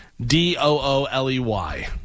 D-O-O-L-E-Y